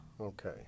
Okay